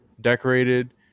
decorated